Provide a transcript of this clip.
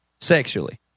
sexually